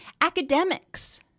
Academics